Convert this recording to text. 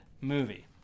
movie